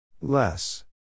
Less